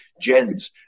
Gens